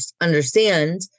understand